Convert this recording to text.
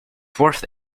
worth